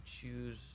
choose